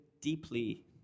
deeply